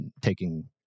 taking